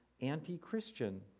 anti-Christian